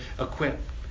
equip